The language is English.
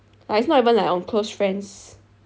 like it's not even like on close friends